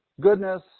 goodness